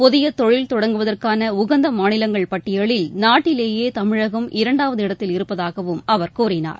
புதிய தொழில் தொடங்குவதற்கான உகந்த மாநிலங்கள் பட்டியலில் நாட்டிலேயே தமிழகம் இரண்டாவது இடத்தில் இருப்பதாகவும் அவர் கூறினார்